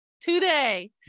Today